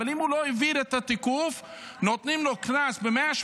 אבל אם הוא לא העביר את התיקוף נותנים לו קנס של 180